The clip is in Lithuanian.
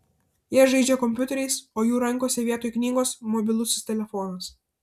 jie žaidžia kompiuteriais o jų rankose vietoj knygos mobilusis telefonas